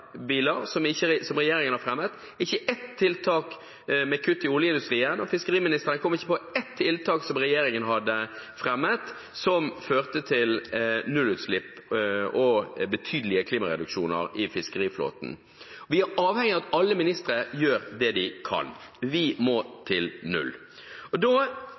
ikke ett tiltak til kutt i oljeindustrien, og fiskeriministeren kom ikke på ett tiltak som regjeringen har fremmet som fører til nullutslipp og betydelige klimareduksjoner i fiskeriflåten. Vi er avhengig av at alle ministre gjør det de kan. Vi må til null. Da